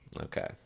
Okay